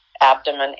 abdomen